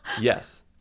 Yes